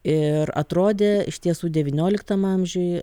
ir atrodė iš tiesų devynioliktam amžiuj